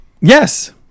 yes